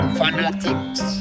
fanatics